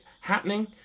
happening